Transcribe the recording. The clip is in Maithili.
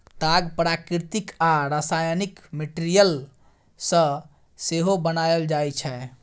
ताग प्राकृतिक आ रासायनिक मैटीरियल सँ सेहो बनाएल जाइ छै